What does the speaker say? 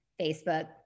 Facebook